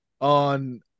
On